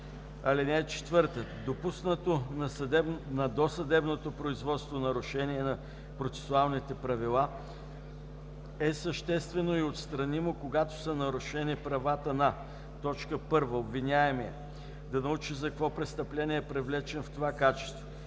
и втора. (4) Допуснато на досъдебното производство нарушение на процесуалните правила е съществено и отстранимо, когато са нарушени правата на: 1. обвиняемия – да научи за какво престъпление е привлечен в това качество;